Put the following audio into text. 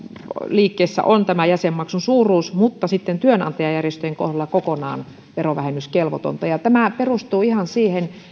liikkeessä on jäsenmaksun suuruus mutta sitten työnantajajärjestöjen kohdalla kokonaan verovähennyskelvotonta tämä perustuu ihan siihen